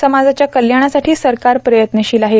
समाजाच्या कल्याणासाठी सरकार प्रयत्नशील आहे